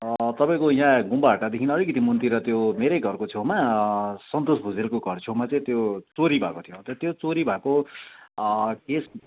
तपाईँको यहाँ गुम्बाहाटादेखि अलिकति मुनितिर त्यो मेरै घरको छेउमा सन्तोष भुजेलको घर छेउमा चाहिँ त्यो चोरी भएको थियो अन्त त्यो चोरी भएको केस